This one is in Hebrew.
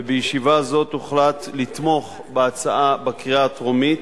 בישיבה זאת הוחלט לתמוך בהצעה בקריאה הטרומית,